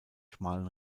schmalen